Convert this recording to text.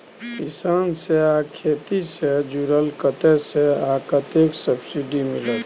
किसान से आ खेती से जुरल कतय से आ कतेक सबसिडी मिलत?